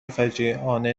فجیعانه